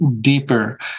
deeper